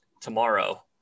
tomorrow